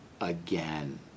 again